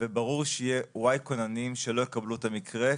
ברור שיהיו Y כוננים שלא יקבלו את המקרה,